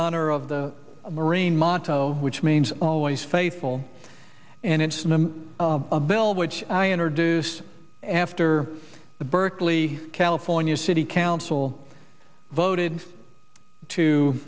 honor of the marine motto which means always faithful and it's in the bill which i enter duce after the berkeley california city council voted to